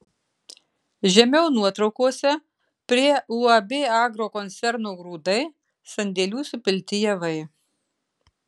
žemiau nuotraukose prie uab agrokoncerno grūdai sandėlių supilti javai